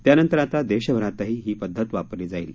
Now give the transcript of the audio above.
त्यानंतर आता देशभरातही ही पद्धत वापरली जाईल